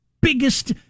biggest